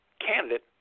candidate